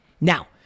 Now